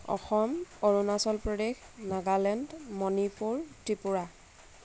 Assam Arunachal Pradesh Nagaland Manipur Tripura